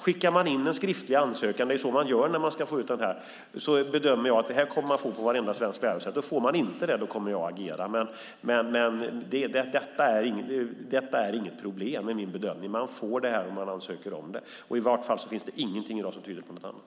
Skickar man in en skriftlig ansökan, det är så man gör, bedömer jag att man kommer att få detta på vartenda svenskt lärosäte. Får man inte det kommer jag att agera. Det är min bedömning att detta inte är något problem. Man får detta om man ansöker om det. Det finns ingenting i dag som tyder på något annat.